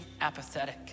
apathetic